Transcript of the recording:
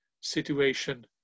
situation